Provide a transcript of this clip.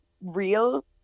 real